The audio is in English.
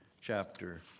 chapter